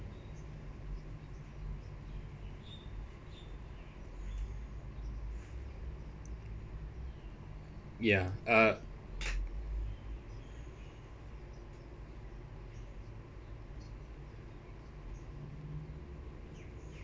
ya uh